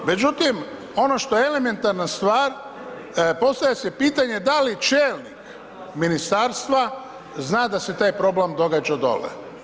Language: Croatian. Međutim, ono što je elementarna stvar, postavlja se pitanje da li čelnik ministarstva zna da se taj problem događa dole?